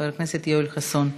חבר הכנסת יוסי יונה,